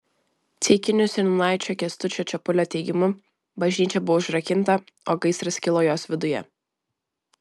ceikinių seniūnaičio kęstučio čepulio teigimu bažnyčia buvo užrakinta o gaisras kilo jos viduje